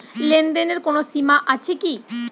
লেনদেনের কোনো সীমা আছে কি?